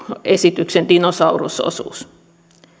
esityksen dinosaurus osuus